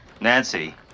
nancy